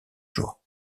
jours